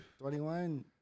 21